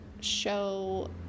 show